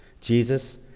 Jesus